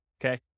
okay